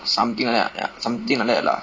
something like that ya something like that lah